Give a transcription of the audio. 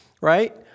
right